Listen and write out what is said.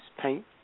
paint